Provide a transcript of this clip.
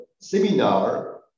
seminar